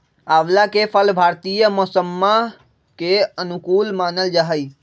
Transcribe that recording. आंवला के फल भारतीय मौसम्मा के अनुकूल मानल जाहई